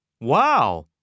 Wow